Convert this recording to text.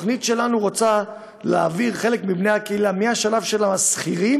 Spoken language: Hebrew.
התוכנית שלנו היא להעביר חלק מבני הקהילה מהשלב של שכירים,